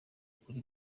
kuri